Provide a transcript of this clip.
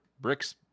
Brick's